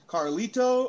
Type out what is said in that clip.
Carlito